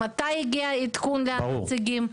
מתי הגיע עדכון לנציגים?